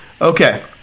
Okay